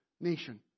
nation